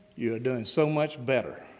you're doing so much better.